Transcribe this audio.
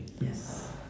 Yes